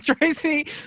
Tracy